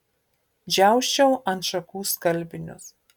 džiausčiau ant šakų skalbinius